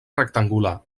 rectangular